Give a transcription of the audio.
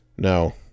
No